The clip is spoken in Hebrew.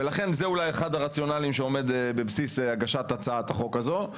ולכן זה אולי אחד הרציונלים שעומד בבסיס הגשת הצעת החוק הזו.